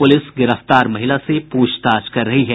police गिरफ्तार महिला से पूछताछ कर रही है